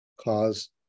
cause